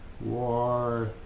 war